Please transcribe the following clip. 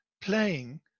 playing